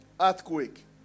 earthquake